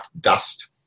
dust